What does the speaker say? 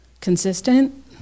consistent